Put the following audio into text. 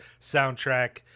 soundtrack